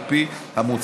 על פי המוצע,